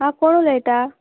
आं कोण उलयता